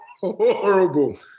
horrible